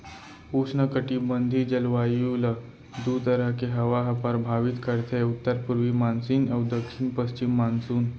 उस्नकटिबंधीय जलवायु ल दू तरह के हवा ह परभावित करथे उत्तर पूरवी मानसून अउ दक्छिन पस्चिम मानसून